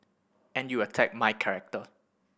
and you attack my character